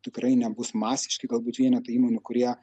tikrai nebus masiškai galbūt vienetai įmonių kurie